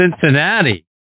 Cincinnati